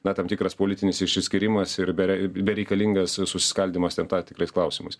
na tam tikras politinis išsiskyrimas ir be bereikalingas susiskaldymas ten ta tikrais klausimais